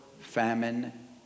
famine